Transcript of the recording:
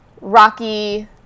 Rocky